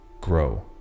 grow